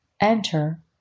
Enter